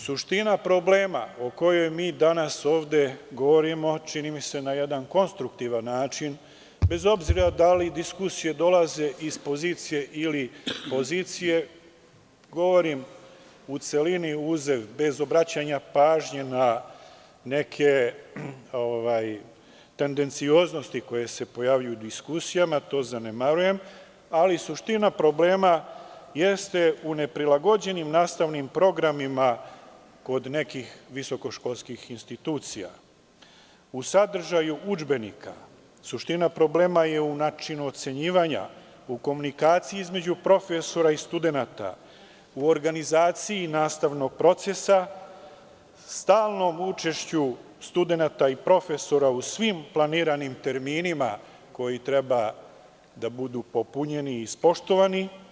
Suština problema o kojoj mi danas ovde govorimo, čini mi se na jedan konstruktivan način, bez obzira da li diskusije dolaze iz pozicije ili opozicije, govorim u celini uzev, bez obraćanja pažnje na neke tendencioznosti koje se pojavljuju u diskusijama, to zanemarujem, ali suština problema jeste u neprilagođenim nastavnim programima kod nekih visokoškolskih institucija, u sadržaju udžbenika, u načinu ocenjivanja, u komunikaciji između profesora i studenata, u organizaciji nastavnog procesa, stalnom učešću studenata i profesora u svim planiranim terminima koji treba da budu popunjeni i ispoštovani.